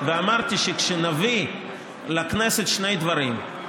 ואמרתי שכשנביא לכנסת שני דברים,